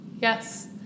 Yes